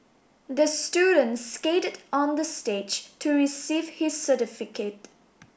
the student skated on the stage to receive his certificate